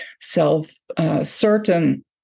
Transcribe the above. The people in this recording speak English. self-certain